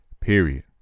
Period